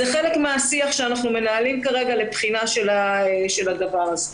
זה חלק מן השיח שאנחנו מנהלים כרגע לבחינה של הדבר הזה.